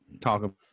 Talk